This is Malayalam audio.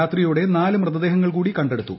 രാത്രിയോടെ നാല് മൃതദേഹങ്ങൾ കൂടി കണ്ടെടുത്തു